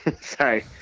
Sorry